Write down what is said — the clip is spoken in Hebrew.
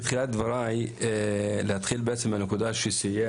בתחילת דבריי אני רוצה להתחיל מהנקודה שסיים